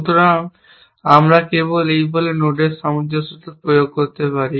সুতরাং আমরা কেবল এই বলে নোডের সামঞ্জস্যতা প্রয়োগ করতে পারি